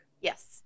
Yes